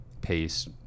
pace